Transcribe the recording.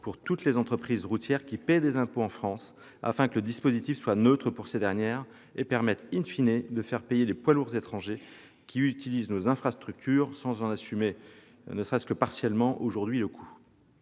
pour toutes les entreprises routières qui paient des impôts en France, afin que le dispositif soit neutre pour ces dernières et permette de faire payer les poids lourds étrangers qui utilisent nos infrastructures sans en assumer ne serait-ce que partiellement le coût